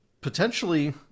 potentially